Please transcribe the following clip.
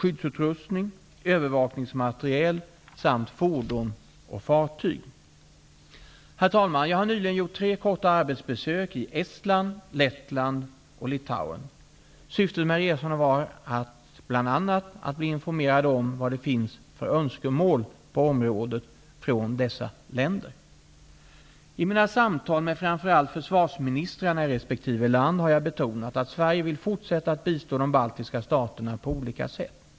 Jag har nyligen gjort tre korta arbetsbesök i Estland, Lettland och Litauen. Syftet med resorna var bl.a. att bli informerad om vad det finns för önskemål från dessa länder. I samtal med framför allt försvarsministrarna i resp. land har jag betonat att Sverige vill fortsätta att bistå de baltiska staterna på olika sätt.